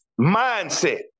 mindset